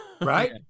right